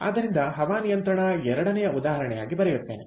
ಆದ್ದರಿಂದ ಹವಾನಿಯಂತ್ರಣ ಎರಡನೆಯ ಉದಾಹರಣೆಯಾಗಿ ಬರೆಯುತ್ತೇನೆ